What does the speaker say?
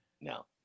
no